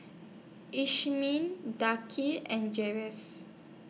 DA Kee and Jere's